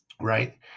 right